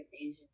Asian